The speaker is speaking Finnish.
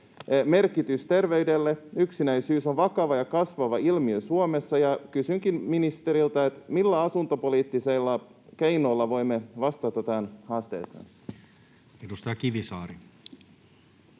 merkityksen terveydelle. Yksinäisyys on vakava ja kasvava ilmiö Suomessa, ja kysynkin ministeriltä: millä asuntopoliittisilla keinoilla voimme vastata tähän haasteeseen? [Speech 68]